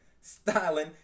styling